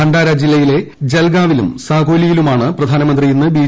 ഭണ്ഡാര ജില്ലയിലെ ജൽഗാവിലും സകോലിയിലുമാണ് പ്രധാനമന്ത്രി ഇന്ന് ബി